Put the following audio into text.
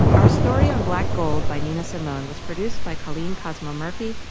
our story on black gold by nina simone was produced by colleen kosmo murphy.